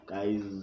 Guys